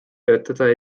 töötada